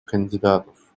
кандидатов